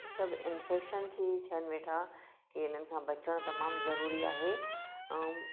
सभु इन्फेक्शन्स ही थियनि वेठा कि इन्हनि खां बचण तमाम ज़रुरी आहे ऐं